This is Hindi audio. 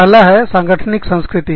पहला है सांगठनिक संस्कृति